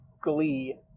glee